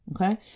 Okay